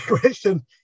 question